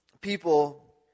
people